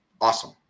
Awesome